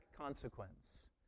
consequence